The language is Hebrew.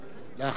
אחריו, דב חנין.